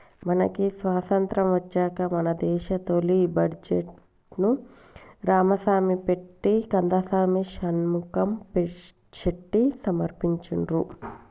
మనకి స్వతంత్రం వచ్చాక మన దేశ తొలి బడ్జెట్ను రామసామి చెట్టి కందసామి షణ్ముఖం చెట్టి సమర్పించిండ్రు